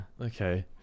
Okay